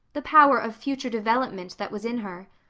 the power of future development that was in her.